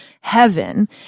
heaven